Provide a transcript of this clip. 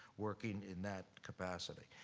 working in that capacity.